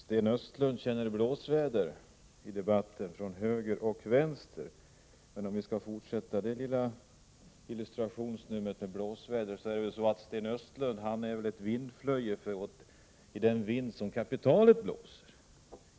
Herr talman! Sten Östlund känner blåsväder i debatten från höger och vänster. Om vi skall fortsätta det lilla illustrationsnumret med blåsväder, är väl Sten Östlund en vindflöjel i den vind som kapitalet blåser.